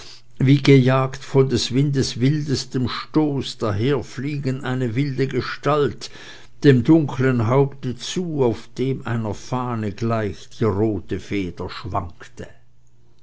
wie gejagt von des windes wildestem stoße daherfliegen eine wilde gestalt dem dunkeln haupte zu auf dem einer fahne gleich die rote feder schwankte